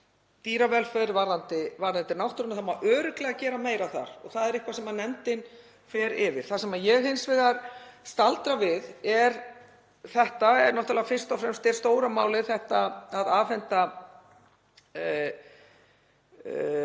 það er eitthvað sem nefndin fer yfir. Það sem ég hins vegar staldra við er náttúrlega fyrst og fremst stóra málið, að afhenda